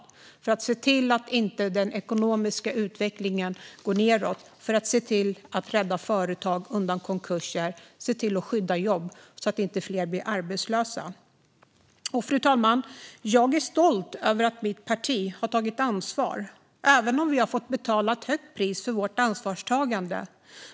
Det handlar om att se till att den ekonomiska utvecklingen inte går nedåt, för att rädda företag undan konkurser och skydda jobb så att inte fler blir arbetslösa. Fru talman! Jag är stolt över att mitt parti har tagit ansvar, även om vi har fått betala ett högt pris för vårt ansvarstagande.